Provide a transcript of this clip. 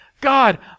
God